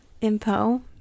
info